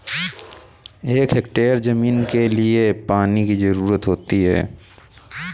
एक हेक्टेयर हरी मटर की बुवाई में कितनी पानी की ज़रुरत होती है?